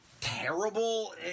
terrible